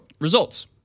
results